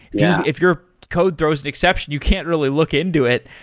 yeah if your code throws the exception, you can't really look into it.